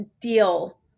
deal